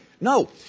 No